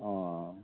ᱚ